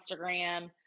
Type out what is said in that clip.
Instagram